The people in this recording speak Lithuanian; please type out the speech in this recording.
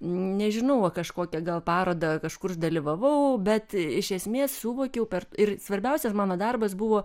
nežinau va kažkokia gal parodą kažkur dalyvavau bet iš esmės suvokiau per ir svarbiausias mano darbas buvo